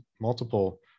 multiple